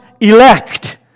elect